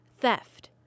theft